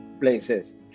places